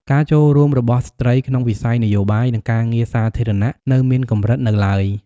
ការចូលរួមរបស់ស្ត្រីក្នុងវិស័យនយោបាយ និងការងារសាធារណៈនៅមានកម្រិតនៅឡើយ។